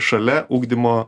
šalia ugdymo